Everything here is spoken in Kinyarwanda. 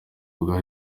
bwa